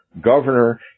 governor